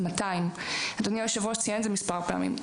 1,200. אדוני היושב-ראש ציין את זה מספר פעמים.